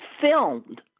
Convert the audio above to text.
filmed